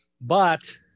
but-